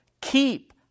Keep